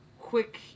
quick